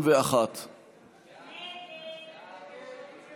31. ההסתייגות (31) של קבוצת סיעת יש עתיד-תל"ם